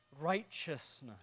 righteousness